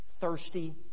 thirsty